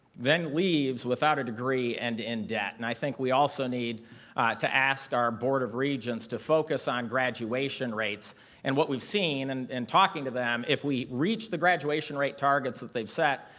then leaves without a degree and in debt. and i think we also need to ask our board of regents to focus on graduation rates and what we've seen in and and talking to them, if we reach the graduation rate targets that they've set,